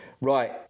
right